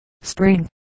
Spring